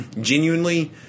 Genuinely